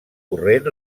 corrent